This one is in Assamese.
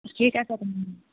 ঠিক আছে তেনেহ'লে